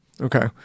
Okay